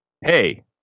Hey